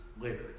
later